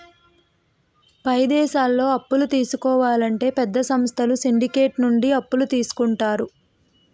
పై దేశాల్లో అప్పులు తీసుకోవాలంటే పెద్ద సంస్థలు సిండికేట్ నుండి అప్పులు తీసుకుంటారు